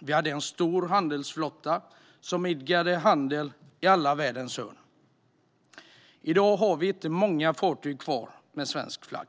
Vi hade en stor handelsflotta som idkade handel i alla världens hörn. I dag har vi inte många fartyg kvar med svensk flagg.